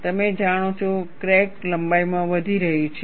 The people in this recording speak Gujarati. તમે જાણો છો ક્રેક લંબાઈમાં વધી રહી છે